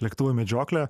lėktuvų medžioklę